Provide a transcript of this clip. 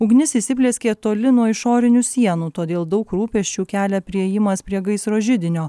ugnis įsiplieskė toli nuo išorinių sienų todėl daug rūpesčių kelia priėjimas prie gaisro židinio